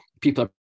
people